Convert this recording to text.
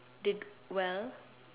did well